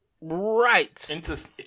Right